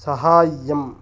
सहाय्यम्